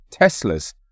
Teslas